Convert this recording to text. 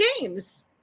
games